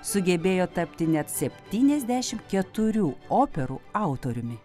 sugebėjo tapti net septyniasdešimt keturių operų autoriumi